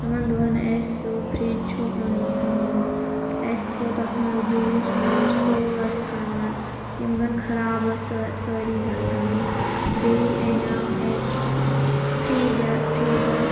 یِمن دۄہن اسہِ سُہ فرِج چھُ اوٚنمُت اسہِ تھوو تتھ منٛز جیٛوٗس ووٗس ٹھوٗل ٲسۍ تھاوان یِم زن خراب ٲسۍ سٲری گَژھان بیٚیہِ اَنیٛاو اسہِ فرٛجا فرٛیٖزر